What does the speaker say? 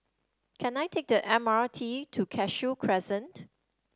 can I take the M R T to Cashew Crescent